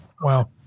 Wow